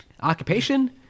occupation